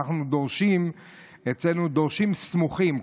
אצלנו דורשים סמוכים,